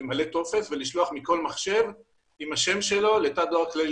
למלא טופס ולשלוח מכל מחשב עם השם שלו לתא דואר כללי.